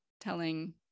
telling